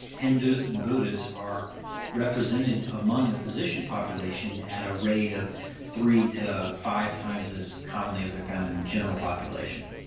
hindus and buddhists are represented among the physician population at a rate of three to five times as commonly as they are found in the general population.